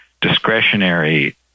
discretionary